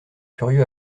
curieux